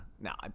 No